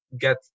Get